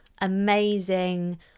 amazing